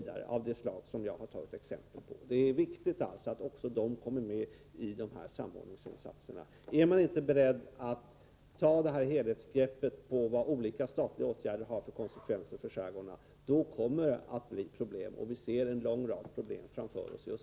Det är alltså viktigt att även dessa insatser kommer med vid samordningen. Är man inte beredd att ta ett helhetsgrepp när det gäller olika statliga åtgärder — med tanke på konsekvenserna för skärgården — kommer det att bli problem. Just nu ser vi också en lång rad problem framför oss.